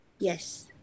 Yes